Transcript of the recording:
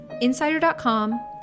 Insider.com